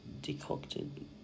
decocted